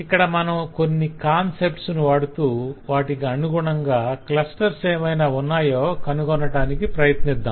ఇక్కడ మనం కొన్ని కాన్సెప్ట్స్ ను వాడుతూ వాటికి అనుగుణంగా క్లస్టర్స్ ఏమైనా ఉన్నాయో కనుగొనటానికి ప్రయత్నిద్దాం